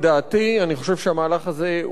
אני חושב שהמהלך הזה הוא בעייתי,